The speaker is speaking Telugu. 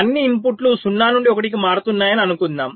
అన్ని ఇన్పుట్లు 0 నుండి 1 కి మారుతున్నాయని అనుకుందాం